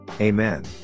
Amen